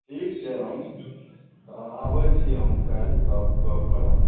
ठीक छै हम आबै छी हम काल्हि तब गप करब